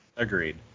Agreed